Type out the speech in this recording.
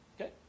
Okay